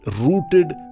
rooted